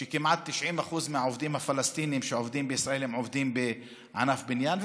שכמעט 90% מהעובדים הפלסטינים שעובדים בישראל עובדים בענף בניין,